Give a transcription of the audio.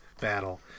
battle